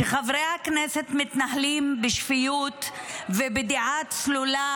כשחברי הכנסת מתנהלים בשפיות ובדעה צלולה,